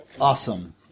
Awesome